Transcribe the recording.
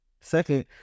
Second